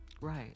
right